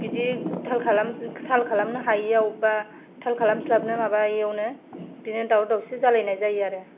बिदि थाल थाल खालामनो हायियाव बा थाल खालामस्लाबनो माबायियावनो बिदिनो दावराव दावसि जालायनाय जायो आरो